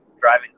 driving